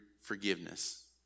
forgiveness